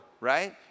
right